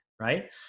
right